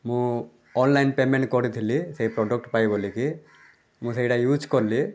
ମୁଁ online payment କରିଥିଲି ସେ ପ୍ରଡ଼କ୍ଟ୍ ପାଇ ବୋଲିକି ମୁଁ ସେଇଟା ୟୁଜ୍ କଲି